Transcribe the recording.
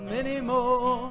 anymore